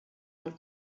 del